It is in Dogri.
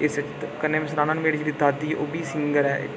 कन्नै मे तुसें ई सनाना कि जेह्ड़ी मेरी दादी ओह् बी सींगर ऐ